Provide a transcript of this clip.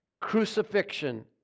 crucifixion